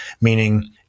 Meaning